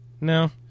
No